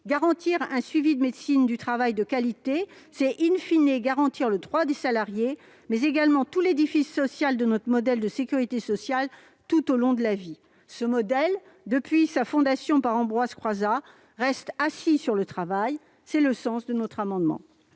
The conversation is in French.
garantir un suivi de médecine du travail de qualité, c'est garantir le droit des salariés, mais également tout l'édifice social de notre modèle de sécurité sociale tout au long de la vie. Ce modèle, depuis sa fondation par Ambroise Croizat, reste assis sur le travail. Tel est le sens de cet amendement.